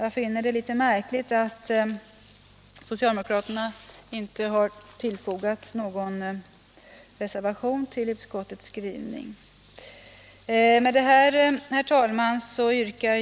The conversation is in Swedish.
Jag finner det litet märkligt att socialdemokraterna inte har fogat någon reservation till utskottets betänkande. Herr talman!